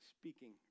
speaking